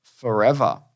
forever